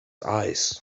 eyes